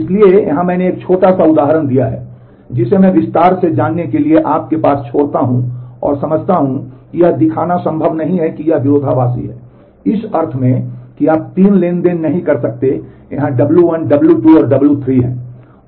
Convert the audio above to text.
इसलिए यहां मैंने एक छोटा सा उदाहरण दिया है जिसे मैं विस्तार से जाने के लिए आपके पास छोड़ता हूं और समझता हूं कि यह दिखाना संभव नहीं है कि यह विरोधाभासी है इस अर्थ में कि आप तीन ट्रांज़ैक्शन नहीं कर सकते हैं यहां w1 w2 और w3 हैं